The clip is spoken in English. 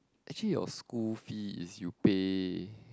actually your school fee is you pay